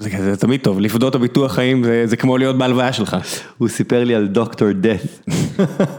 זה כזה, זה תמיד טוב, לפדות את הביטוח חיים זה כמו להיות בהלוויה שלך. הוא סיפר לי על דוקטור death.